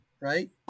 right